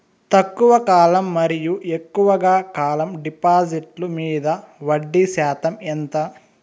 తక్కువ కాలం మరియు ఎక్కువగా కాలం డిపాజిట్లు మీద వడ్డీ శాతం ఎంత?